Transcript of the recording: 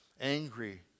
Angry